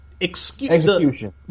execution